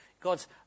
God's